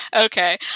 okay